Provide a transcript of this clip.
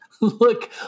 Look